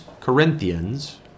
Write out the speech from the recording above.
Corinthians